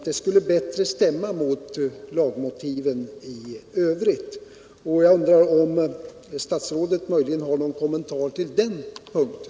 Det skulle bättre stämma mot lagmotiven i övrigt. Jag undrar om statsrådet möjligen har nägon kommentar ull den punkten.